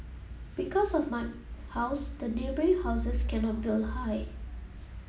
because of my house the neighbouring houses cannot build high